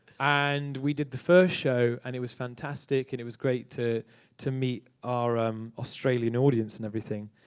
and we did the first show, and it was fantastic, and it was great to to meet our um australian audience and everything.